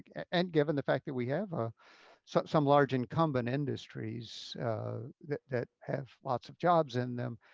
and given the fact that we have ah so some large incumbent industries that that have lots of jobs in them,